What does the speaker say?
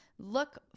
Look